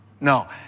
No